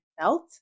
felt